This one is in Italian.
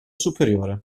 superiore